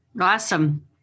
Awesome